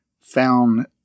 found